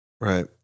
Right